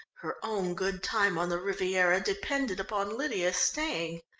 her own good time on the riviera depended upon lydia staying.